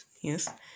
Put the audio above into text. yes